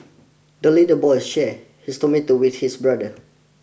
the little boy shared his tomato with his brother